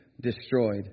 destroyed